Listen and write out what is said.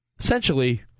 Essentially